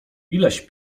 ileś